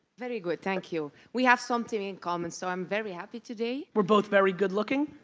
very good, thank you. we have something in common, so i'm very happy today. we're both very good looking?